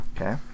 Okay